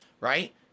Right